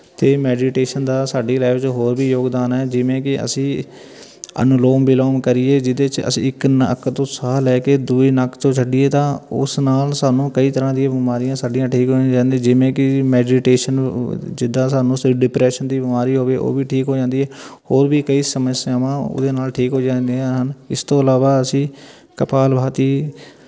ਅਤੇ ਮੈਡੀਟੇਸ਼ਨ ਦਾ ਸਾਡੀ ਲਾਈਫ 'ਚ ਹੋਰ ਵੀ ਯੋਗਦਾਨ ਹੈ ਜਿਵੇਂ ਕਿ ਅਸੀਂ ਅਨਲੋਮ ਬਲੋਂਗ ਕਰੀਏ ਜਿਹਦੇ 'ਚ ਅਸੀਂ ਇੱਕ ਨੱਕ ਤੋਂ ਸਾਹ ਲੈ ਕੇ ਦੂਏ ਨੱਕ ਚੋਂ ਛੱਡੀਏ ਤਾਂ ਉਸ ਨਾਲ ਸਾਨੂੰ ਕਈ ਤਰ੍ਹਾਂ ਦੀਆਂ ਬਿਮਾਰੀਆਂ ਸਾਡੀਆਂ ਠੀਕ ਹੋ ਜਾਂਦੀ ਜਿਵੇਂ ਕਿ ਮੈਡੀਟੇਸ਼ਨ ਜਿੱਦਾਂ ਸਾਨੂੰ ਡਿਪਰੈਸ਼ਨ ਦੀ ਬਿਮਾਰੀ ਹੋਵੇ ਉਹ ਵੀ ਠੀਕ ਹੋ ਜਾਂਦੀ ਹੈ ਹੋਰ ਵੀ ਕਈ ਸਮੱਸਿਆਵਾਂ ਉਹਦੇ ਨਾਲ ਠੀਕ ਹੋ ਜਾਂਦੀਆਂ ਹਨ ਇਸ ਤੋਂ ਇਲਾਵਾ ਅਸੀਂ ਕਪਾਲਭਾਤੀ